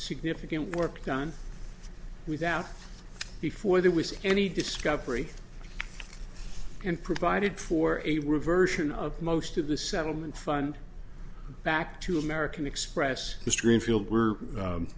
significant work done without before there was any discovery and provided for a reversion of most of the settlement fund back to american express stringfield we're